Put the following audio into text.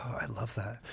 i love that!